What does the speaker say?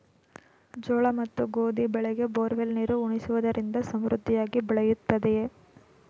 ಜೋಳ ಮತ್ತು ಗೋಧಿ ಬೆಳೆಗೆ ಬೋರ್ವೆಲ್ ನೀರು ಉಣಿಸುವುದರಿಂದ ಸಮೃದ್ಧಿಯಾಗಿ ಬೆಳೆಯುತ್ತದೆಯೇ?